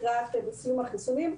לקראת סיום החיסונים,